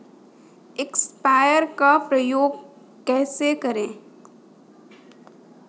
Sprayer का उपयोग कैसे करें?